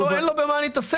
כל מיני דברים